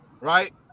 right